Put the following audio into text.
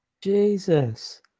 jesus